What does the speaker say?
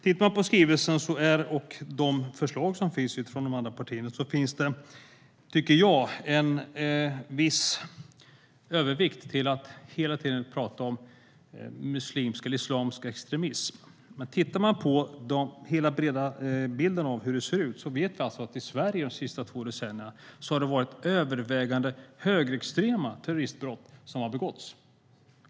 I skrivelsen och i förslagen från andra partier finns det en viss övervikt åt att hela tiden prata om muslimsk eller islamsk extremism. Men ser man på hur det har sett ut har det i Sverige under de senaste två decennierna varit övervägande högerextrema terroristbrott som har begåtts.